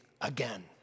again